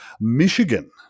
Michigan